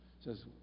Says